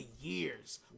years